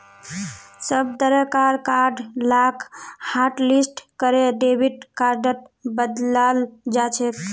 सब तरह कार कार्ड लाक हाटलिस्ट करे डेबिट कार्डत बदलाल जाछेक